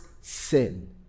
sin